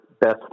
best